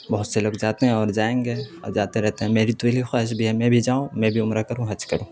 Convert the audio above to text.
بہت سے لوگ جاتے ہیں اور جائیں گے اور جاتے رہتے ہیں میری دلی خواہش بھی ہے میں بھی جاؤں میں بھی عمر کروں حج کروں